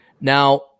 Now